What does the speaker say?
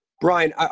Brian